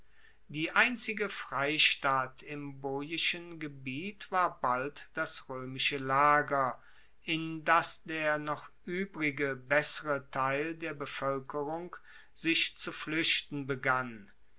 die einzige freistatt im boischen gebiet war bald das roemische lager in das der noch uebrige bessere teil der bevoelkerung sich zu fluechten begann